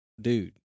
dude